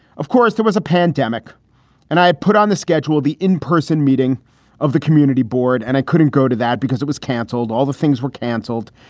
of course, there was a pandemic and i put on the schedule the in-person meeting of the community board, and i couldn't go to that because it was canceled. all the things were canceled.